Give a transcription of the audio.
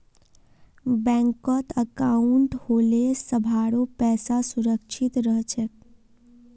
बैंकत अंकाउट होले सभारो पैसा सुरक्षित रह छेक